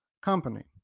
company